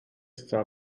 questa